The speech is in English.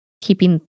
keeping